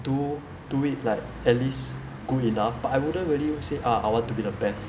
do do it like at least good enough but I wouldn't really say ah I want to be the best